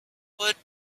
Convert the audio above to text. what